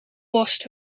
worst